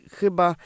chyba